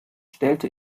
stellte